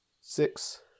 Six